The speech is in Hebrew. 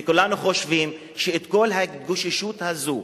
וכולנו חושבים שכל ההתגוששות הזו